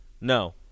no